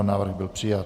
Návrh byl přijat.